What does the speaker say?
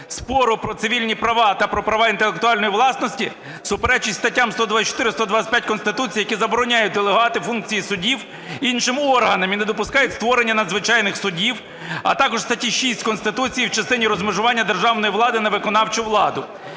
спору про цивільні права та про права інтелектуальної власності суперечить статтям 124 і 125 Конституції, які заборонять делегувати функції судів іншим органам і не допускають створення надзвичайних судів. А також статті 6 Конституції в частині розмежування державної влади на виконавчу владу.